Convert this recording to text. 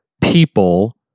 people